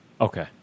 Okay